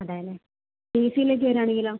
അതെ അല്ലെ എ സിയിലേക്ക് വരുകയാണെങ്കിൽ